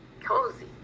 Cozy